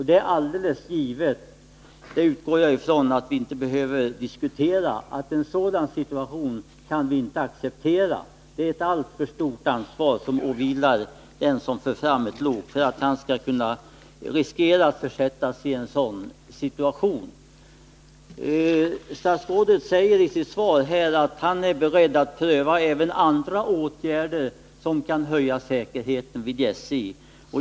Det är alldeles givet — det utgår jag ifrån att vi inte behöver diskutera — att en sådan situation inte kan accepteras. Ett alltför stort ansvar åvilar den som för fram ett lok för att han ens skall få riskera att försättas i en sådan situation. Statsrådet säger i sitt svar att han är beredd att pröva även andra åtgärder som kan höja säkerheten vid SJ.